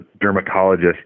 dermatologist